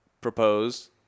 propose